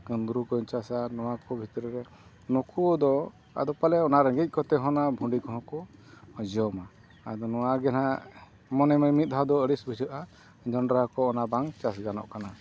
ᱠᱟᱹᱢᱨᱩ ᱠᱚᱧ ᱪᱟᱥᱟ ᱱᱚᱣᱟ ᱠᱚ ᱵᱷᱤᱛᱨᱤ ᱨᱮ ᱱᱩᱠᱩ ᱠᱚᱫᱚ ᱟᱫᱚ ᱯᱟᱞᱮᱫ ᱚᱱᱟ ᱨᱮᱸᱜᱮᱡ ᱠᱚᱛᱮ ᱦᱚᱸ ᱚᱱᱟ ᱵᱷᱩᱸᱰᱤ ᱠᱚᱦᱚᱸ ᱠᱚ ᱡᱚᱢᱟ ᱟᱫᱚ ᱱᱚᱣᱟᱜᱮ ᱦᱟᱸᱜ ᱢᱚᱱᱮᱢᱮ ᱢᱤᱫ ᱫᱷᱟᱣ ᱫᱚ ᱟᱹᱲᱤᱥ ᱵᱩᱡᱷᱟᱹᱜᱼᱟ ᱡᱚᱸᱰᱨᱟ ᱠᱚ ᱵᱟᱝ ᱪᱟᱥ ᱜᱟᱱᱚᱜ ᱠᱟᱱᱟ